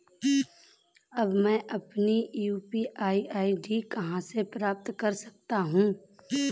अब मैं अपनी यू.पी.आई आई.डी कहां से प्राप्त कर सकता हूं?